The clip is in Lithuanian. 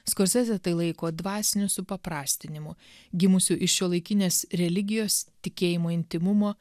skorsezė tai laiko dvasiniu supaprastinimu gimusiu iš šiuolaikinės religijos tikėjimo intymumo